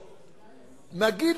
נגיד,